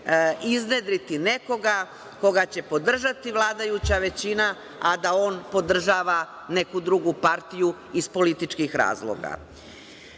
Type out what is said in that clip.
iznedriti nekoga koga će podržati vladajuća većina, a da on podržava neku drugu partiju iz političkih razloga. Bilo